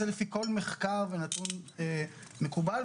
זה לפי כל מחקר ונתון מקובל,